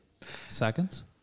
Seconds